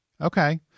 Okay